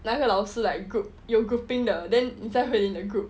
那个老师 like group 有 grouping 的 then 等一下 hui lin in your group